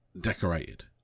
Decorated